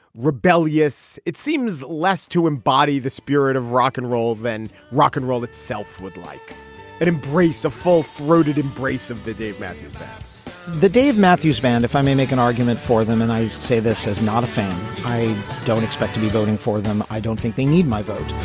rebellious. it seems less to embody the spirit of rock and roll than rock and roll itself would like it embrace a full throated embrace of the dave matthews the dave matthews band if i may make an argument for them, and i say this as not a fan, i don't expect to be voting for them. i don't think they need my vote